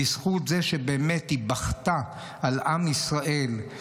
בזכות זה שהיא בכתה על עם ישראל,